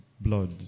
blood